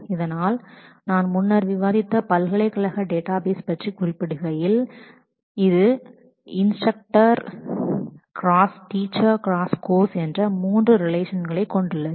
அதனால் நான் முன்னர் விவாதித்த பல்கலைக்கழக டேட்டாபேஸ் பற்றி குறிப்பிடுகையில் இது மேலே குறிப்பிட்டுள்ளது போல் மூன்று ரிலேஷன்களைக் கொண்டுள்ளது